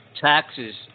taxes